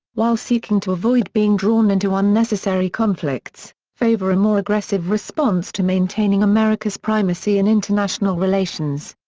while seeking to avoid being drawn into unnecessary conflicts, favor a more aggressive response to maintaining america's primacy in international relations.